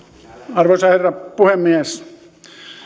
arvoisa herra puhemies